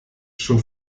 schon